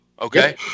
okay